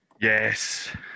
Yes